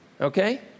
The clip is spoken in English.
okay